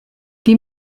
die